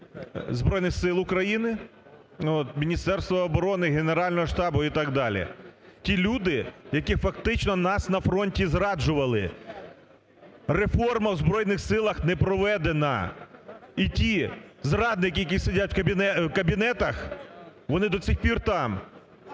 Збройних Сил України, Міністерства оброни, Генерального штабу і так далі – ті люди, які фактично нас на фронті зраджували. Реформа в Збройних Силах не проведена і ті зрадники, які сидять в кабінетах, вони до сих пір там.